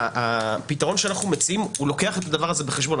הפתרון שאנחנו מציעים לוקח את הדבר הזה בחשבון.